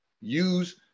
Use